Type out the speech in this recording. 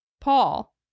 Paul